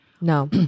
No